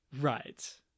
Right